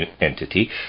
entity